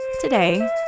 Today